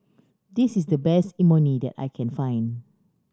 this is the best Imoni that I can find